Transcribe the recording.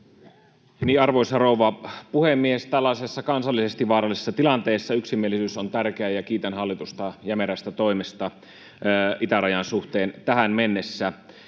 Arvoisa rouva puhemies! Tällaisessa kansallisesti vaarallisessa tilanteessa yksimielisyys on tärkeää, ja kiitän hallitusta jämerästä toimesta itärajan suhteen tähän mennessä.